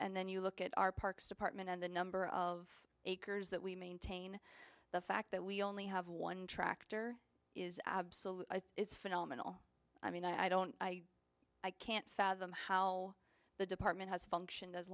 and then you look at our parks department and the number of acres that we maintain the fact that we only have one tractor is absolute it's phenomenal i mean i don't i i can't fathom how the department has functioned as